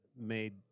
made